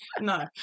no